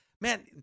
man